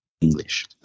English